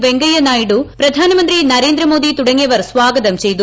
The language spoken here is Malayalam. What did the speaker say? വെങ്കയ്യനായിഡു പ്രധാനമന്ത്രി നരേന്ദ്ര മോദി തുടങ്ങിയവർ സ്വാഗതം ചെയ്തു